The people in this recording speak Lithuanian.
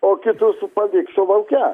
o kitus su paliksiu lauke